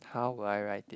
how would I write it